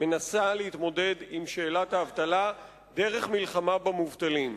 מנסה להתמודד עם שאלת האבטלה דרך מלחמה במובטלים.